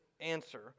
answer